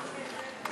התשע"ה 2015,